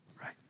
right